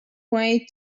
way